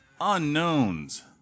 unknowns